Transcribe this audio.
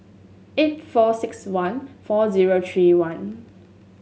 eight four six one four zero three one